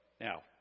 Now